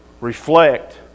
reflect